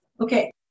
okay